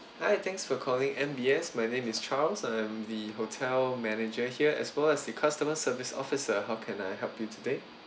hi thanks for calling M_B_S my name is charles I'm the hotel manager here as well as the customer service officer how can I help you today